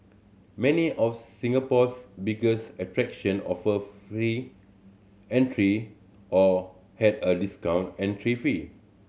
many of Singapore's biggest attraction offered free entry or had a discounted entrance fee